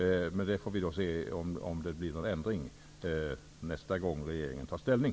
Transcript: Men vi får se om det blir någon ändring nästa gång regeringen tar ställning.